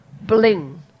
bling